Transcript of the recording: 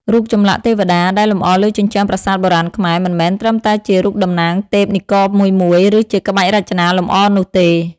រូបចម្លាក់ទេវតាដែលលម្អលើជញ្ជាំងប្រាសាទបុរាណខ្មែរ មិនមែនត្រឹមតែជារូបតំណាងទេពនិករមួយៗ ឬជាក្បាច់រចនាលម្អនោះទេ។